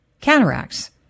cataracts